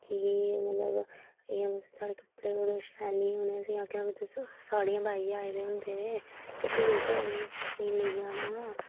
कि मतलब इ'यां साढ़े कपड़े बगैरा शैल निं होने असें आखेआ साड़ियां पाइयै आए दे होंदे हे फ्ही तुसें लेई जाना हा